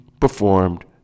performed